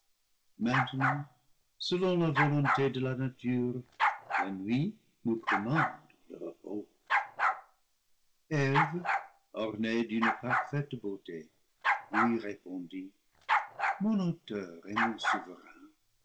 maintenant selon la volonté de la nature la nuit nous com mande le repos eve ornée d'une parfaite beauté lui répondit mon auteur et mon souverain